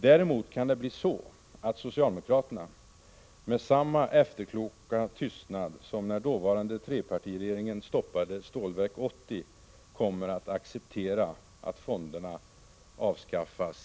Däremot kan det bli så att socialdemokraterna, med samma efterkloka tystnad som när dåvarande trepartiregeringen stoppade Stålverk 80, kommer att acceptera att fonderna avskaffas.